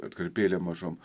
atkarpėlėm mažom